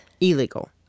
Illegal